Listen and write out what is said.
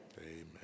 Amen